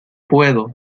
puedo